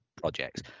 projects